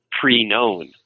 pre-known